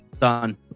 Done